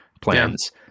plans